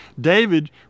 David